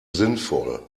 sinnvoll